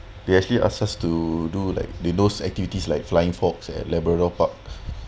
they actually ask us to do like the those activities like flying fox at labrador park